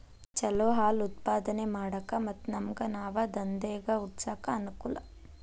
ಚಲೋ ಹಾಲ್ ಉತ್ಪಾದನೆ ಮಾಡಾಕ ಮತ್ತ ನಮ್ಗನಾವ ದಂದೇಗ ಹುಟ್ಸಾಕ ಅನಕೂಲ